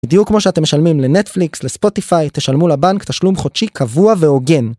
בדיוק כמו שאתם משלמים לנטפליקס, לספוטיפיי, תשלמו לבנק תשלום חודשי קבוע והוגן.